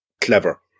clever